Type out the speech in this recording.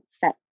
set